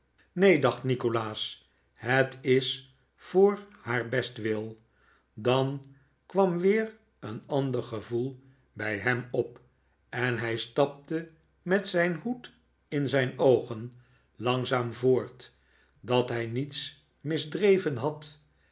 neen dacht nikolaas het is voor haar bestwil dan kwam weer een ander gevoel bij hem op en hij stapte met zijn hoed in zijn oogen langzaam voort dat hij niets misdreven had